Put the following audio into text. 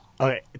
Okay